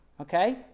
Okay